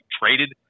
traded